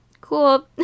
cool